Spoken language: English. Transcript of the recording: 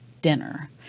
dinner